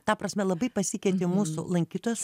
ta prasme labai pasikeitė mūsų lankytojas